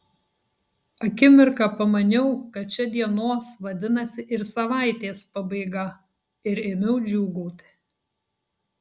akimirką pamaniau kad čia dienos vadinasi ir savaitės pabaiga ir ėmiau džiūgauti